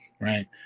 Right